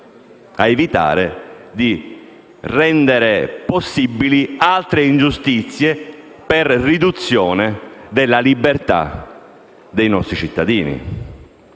difensivo, di rendere possibili altre ingiustizie per riduzione della libertà dei nostri cittadini.